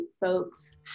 folks